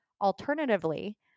Alternatively